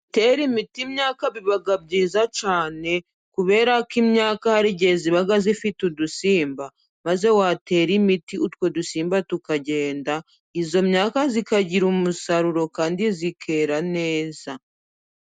Gutera imiti imyaka biba byiza cyane, kuberako imyaka hari igihe iba ifite udusimba maze watera imiti utwo dusimba tukagenda, iyo myaka ikagira umusaruro kandi ikera neza.